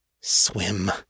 Swim